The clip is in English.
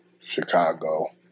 Chicago